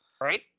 Right